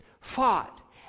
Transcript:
fought